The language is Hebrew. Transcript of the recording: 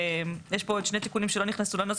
יש פה עוד שני שינויים שלא נכנסו לנוסח,